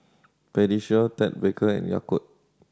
Pediasure Ted Baker and Yakult